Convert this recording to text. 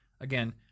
again